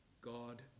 God